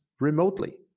remotely